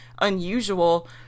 unusual